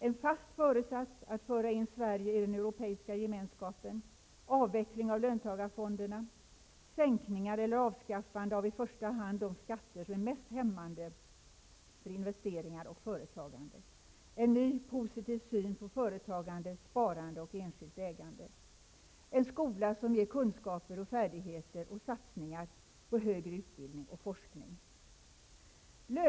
En fast föresats att föra in Sverige i den europeiska gemenskapen, avveckling av löntagarfonderna, sänkningar eller avskaffande av i första hand de skatter som är mest hämmande för investeringar och företagande, en ny och positiv syn på företagandesparande och enskilt ägande samt en skola som ger kunskaper och färdigheter liksom satsningar på högre utbildning och forskning -- det är förändringar som lägger en första grund för framtidens arbetstillfällen.